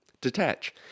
detach